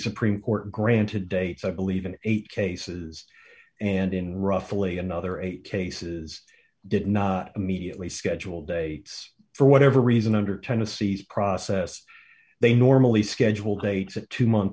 supreme court granted dates i believe in eight cases and in roughly another eight cases did not immediately schedule date for whatever reason under tennessee's process they normally schedule dates a two month